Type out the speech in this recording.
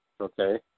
okay